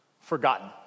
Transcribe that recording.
forgotten